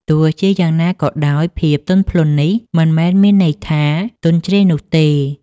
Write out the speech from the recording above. ទោះជាយ៉ាងណាក៏ដោយ ភាពទន់ភ្លន់នេះមិនមែនមានន័យថាទន់ជ្រាយនោះទេ។